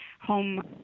home